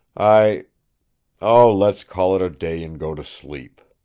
i oh, let's call it a day and go to sleep.